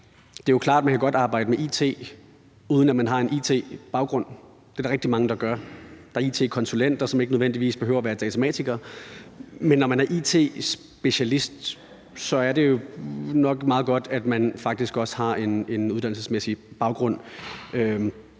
Det er klart, at man jo godt kan arbejde med it, uden at man har en it-baggrund. Det er der rigtig mange der gør. Der er it-konsulenter, som ikke nødvendigvis behøver at være datamatikere, men når man er it-specialist, er det jo nok meget godt, at man faktisk også har en uddannelsesmæssig baggrund